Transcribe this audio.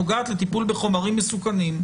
היום נפגעי עבירה יודעים שיש חקירה פלילית,